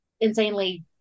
insanely